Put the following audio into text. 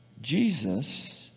Jesus